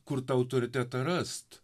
kur tą autoritetą rast